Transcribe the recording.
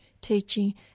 teaching